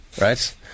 Right